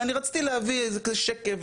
ואני רציתי להביא איזה שקף,